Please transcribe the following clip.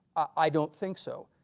i don't think so